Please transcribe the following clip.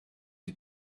die